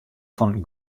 fan